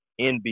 NBA